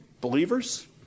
believers